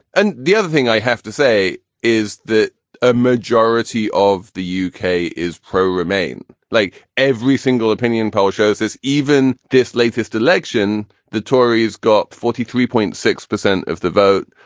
and the other thing i have to say is that a majority of the u k. is pro remain like every single opinion poll shows this even this latest election, the tories got forty three point six percent of the vote.